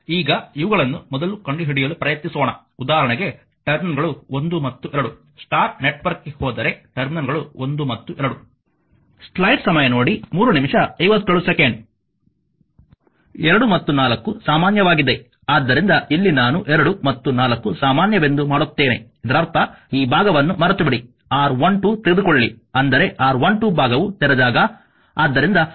ಈಗ ಇವುಗಳನ್ನು ಮೊದಲು ಕಂಡುಹಿಡಿಯಲು ಪ್ರಯತ್ನಿಸೋಣ ಉದಾಹರಣೆಗೆ ಟರ್ಮಿನಲ್ಗಳು 1 ಮತ್ತು 2 ಸ್ಟಾರ್ ನೆಟ್ವರ್ಕ್ಗೆ ಹೋದರೆ ಟರ್ಮಿನಲ್ಗಳು 1 ಮತ್ತು 2 2 ಮತ್ತು 4 ಸಾಮಾನ್ಯವಾಗಿದೆ ಆದ್ದರಿಂದ ಇಲ್ಲಿ ನಾನು 2 ಮತ್ತು 4 ಸಾಮಾನ್ಯವೆಂದು ಮಾಡುತ್ತೇನೆ ಇದರರ್ಥ ಈ ಭಾಗವನ್ನು ಮರೆತುಬಿಡಿ R12 ತೆಗೆದುಕೊಳ್ಳಿ ಅಂದರೆ R12 ಭಾಗವು ತೆರೆದಾಗ